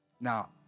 Now